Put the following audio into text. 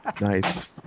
Nice